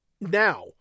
now